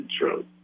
true